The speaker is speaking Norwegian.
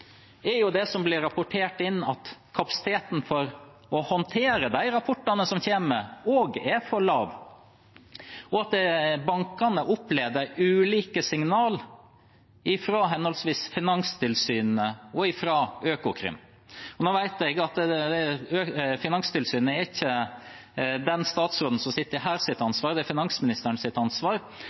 er det som blir rapportert inn, at kapasiteten til å håndtere de rapportene som kommer, også er for lav, og at bankene opplever ulike signal fra henholdsvis Finanstilsynet og Økokrim. Jeg vet at Finanstilsynet ikke er ansvaret til den statsråden som sitter her, det er finansministerens ansvar, men det